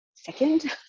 second